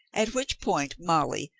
at which point molly,